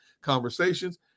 conversations